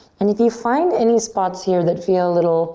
and if you find any spots here that feel a little